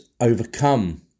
overcome